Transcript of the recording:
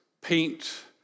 paint